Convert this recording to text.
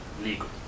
legal